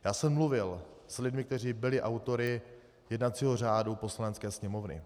Já jsem mluvil s lidmi, kteří byli autory jednacího řádu Poslanecké sněmovny.